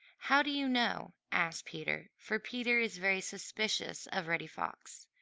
how do you know? asked peter, for peter is very suspicious of reddy fox,